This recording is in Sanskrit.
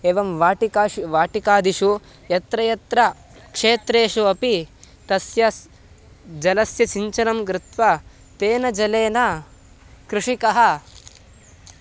एवं वाटिकाशि वाटिकादिषु यत्र यत्र क्षेत्रेषु अपि तस्य स् जलस्य सिञ्चनं कृत्वा तेन जलेन कृषिकः